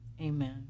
amen